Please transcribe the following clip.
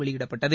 வெளியிடப்பட்டது